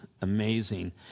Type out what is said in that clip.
amazing